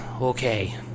Okay